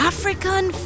African